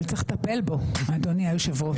אבל צריך לטפל בו, אדוני היושב-ראש.